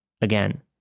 Again